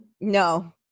No